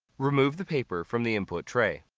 remove the paper from the input tray.